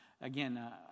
Again